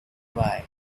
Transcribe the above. wii